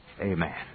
Amen